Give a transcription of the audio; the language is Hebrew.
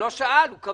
הוא לא שאל, הוא קבע.